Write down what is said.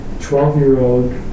Twelve-year-old